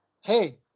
hey